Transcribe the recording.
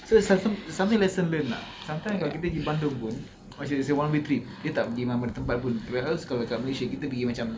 so some~ something lesson learned lah sometime kalau kita pergi bandung pun it's a one way trip dia tak pergi mana-mana tempat pun whereas kalau kat malaysia ni kita pergi macam